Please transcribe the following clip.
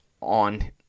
on